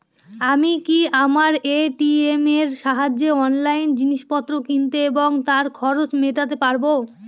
আমি কি আমার এ.টি.এম এর সাহায্যে অনলাইন জিনিসপত্র কিনতে এবং তার খরচ মেটাতে পারব?